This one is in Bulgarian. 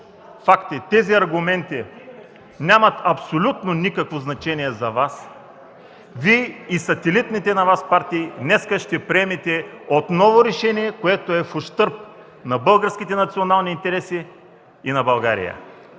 факти и аргументи нямат абсолютно никакво значение за Вас, Вие и сателитните Ви партии днес ще приемете отново решение, което е в ущърб на българските национални интереси и на България.